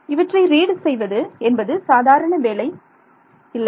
இவற்றை ரீட் செய்வது என்பது சாதாரண வேலை இல்லை